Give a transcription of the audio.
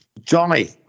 Johnny